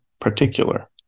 particular